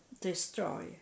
destroy